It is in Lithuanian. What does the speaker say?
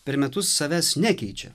per metus savęs nekeičia